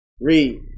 Read